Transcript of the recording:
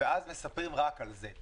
ואז מספרים רק על זה.